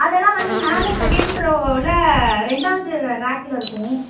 அதெல்லாம் வந்து மேலே செகேண்ட் ரோவில் ரெண்டாவது ரேக்கில் இருக்கும்